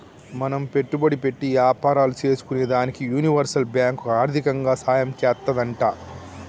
మనం పెట్టుబడి పెట్టి యాపారాలు సేసుకునేదానికి యూనివర్సల్ బాంకు ఆర్దికంగా సాయం చేత్తాదంట